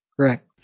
Correct